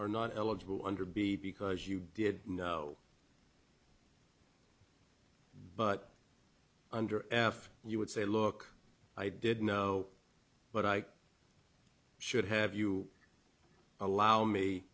are not eligible under b because you did but under f you would say look i did know what i should have you allow me